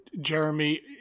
Jeremy